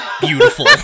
beautiful